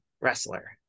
wrestler